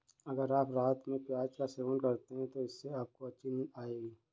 अगर आप रात में प्याज का सेवन करते हैं तो इससे आपको अच्छी नींद आएगी